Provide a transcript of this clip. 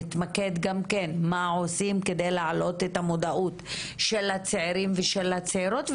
נתמקד גם כן מה עושים כדי להעלות את המודעות של הצעירים ושל הצעירות,